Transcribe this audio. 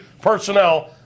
personnel